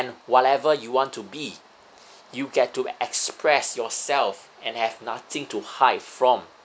and whatever you want to be you get to express yourself and have nothing to hide from